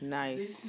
nice